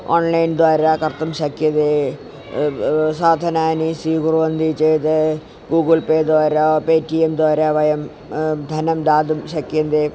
आन्ळैन्द्वारा कर्तुं शक्यते साधनानि स्वीकुर्वन्ति चेद् गूगल् पेद्वारा पे टि एम्द्वारा व यं धनं दातुं शक्यते